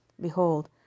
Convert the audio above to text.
Behold